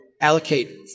allocate